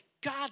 God